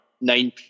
nine